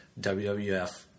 WWF